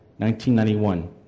1991